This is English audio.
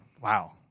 Wow